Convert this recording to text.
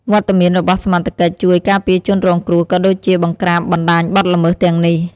វត្តមានរបស់សមត្ថកិច្ច ជួយ ការពារជនរងគ្រោះ ក៏ដូចជា បង្ក្រាបបណ្តាញបទល្មើស ទាំងនេះ។